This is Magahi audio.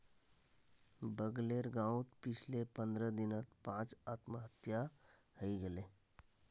बगलेर गांउत पिछले पंद्रह दिनत पांच आत्महत्या हइ गेले